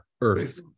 Earth